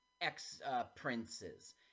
ex-princes